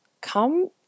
Come